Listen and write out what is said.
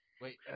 Wait